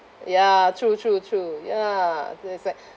ya true true true ya so it's like